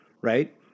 right